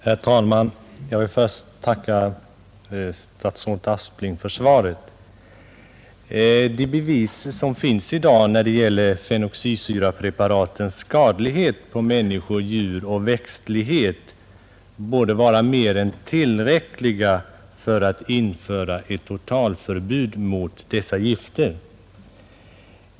Herr talman! Jag vill först tacka statsrådet Aspling för svaret. De bevis som i dag finns när det gäller fenoxisyrapreparatens skadlighet för människor, djur och växtlighet borde vara mer än tillräckliga för att införa ett totalförbud mot dessa gifter.